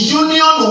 union